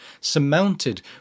surmounted